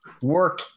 work